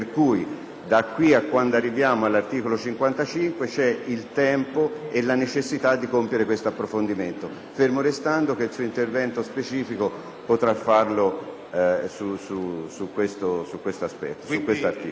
da qui a quando arriveremo all'articolo 55 c'è il tempo e la necessità di compiere questo approfondimento, fermo restando che il suo intervento specifico potrà farlo su questo aspetto. LI GOTTI *(IdV)*.